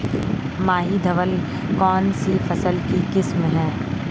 माही धवल कौनसी फसल की किस्म है?